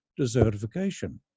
desertification